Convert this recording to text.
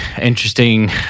interesting